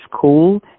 cool